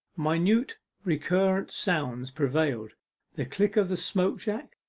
minute recurrent sounds prevailed the click of the smoke-jack,